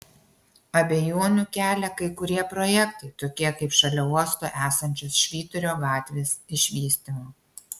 abejonių kelia kai kurie projektai tokie kaip šalia uosto esančios švyturio gatvės išvystymo